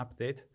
update